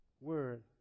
word